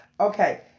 Okay